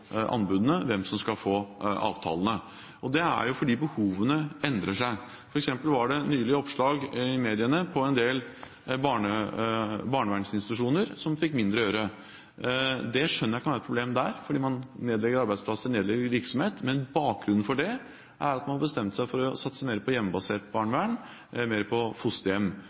anbudene, hvem som skal få avtalene. Det er fordi behovene endrer seg. For eksempel var det nylig oppslag i mediene om en del barnevernsinstitusjoner som fikk mindre å gjøre. Det skjønner jeg kan være et problem, fordi man nedlegger arbeidsplasser og nedlegger en virksomhet, men bakgrunnen for det er at man har bestemt seg for å satse mer på hjemmebasert barnevern, mer på fosterhjem.